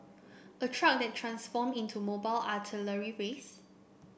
a truck that transform into mobile artillery base